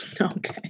Okay